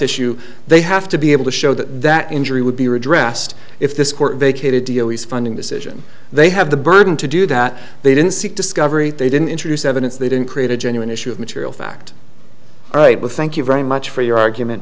issue they have to be able to show that injury would be redressed if this court vacated delia's funding decision they have the burden to do that they didn't seek discovery they didn't introduce evidence they didn't create a genuine issue of material fact all right well thank you very much for your argument